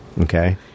Okay